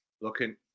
Looking